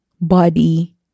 body